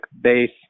base